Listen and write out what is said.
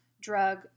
drug